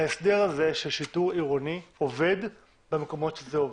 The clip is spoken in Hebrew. ההסדר הזה של שיטור עירוני עובד במקומות שזה עובד.